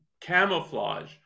camouflage